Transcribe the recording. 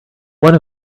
one